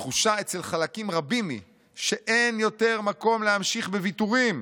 התחושה אצל חלקים רבים היא שאין יותר מקום להמשיך בוויתורים,